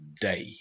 day